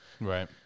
right